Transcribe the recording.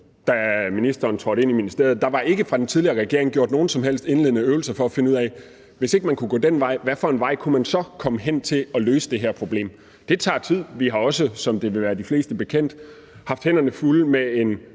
da ministeren trådte ind i ministeriet. Der var ikke fra den tidligere regering gjort nogen som helst indledende øvelser for at finde ud af, hvilken vej man kunne gå for at komme derhen til, hvor man kunne løse det her problem, hvis ikke man kunne gå den her vej. Det tager tid. Vi har også, som det vil være de fleste bekendt, haft hænderne fulde med en